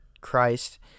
christ